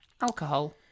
alcohol